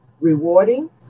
rewarding